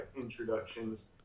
introductions